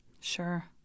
Sure